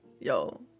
yo